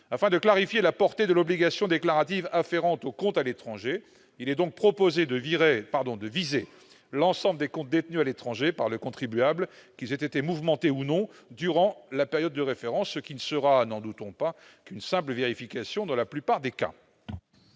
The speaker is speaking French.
Afin de clarifier la portée de l'obligation déclarative afférente aux comptes à l'étranger, il est donc proposé de viser l'ensemble des comptes détenus à l'étranger par le contribuable, qu'ils aient été mouvementés ou non durant la période de référence. Dans la plupart des cas, n'en doutons pas, il ne s'agira que d'une simple vérification. Quel est l'avis de la